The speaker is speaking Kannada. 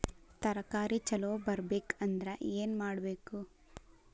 ತರಕಾರಿ ಛಲೋ ಬರ್ಬೆಕ್ ಅಂದ್ರ್ ಏನು ಮಾಡ್ಬೇಕ್?